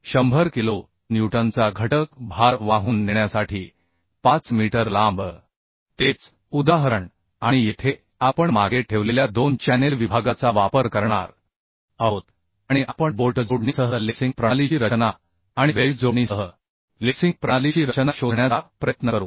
100 kilo न्यूटनचा घटक भार वाहून नेण्यासाठी 5 मीटर लांब तेच उदाहरण आणि येथे आपण मागे ठेवलेल्या दोन चॅनेल विभागाचा वापर करणार आहोत आणि आपण बोल्ट जोडणीसह लेसिंग प्रणालीची रचना आणि वेल्ड जोडणी सह लेसिंग प्रणालीची रचना शोधण्याचा प्रयत्न करू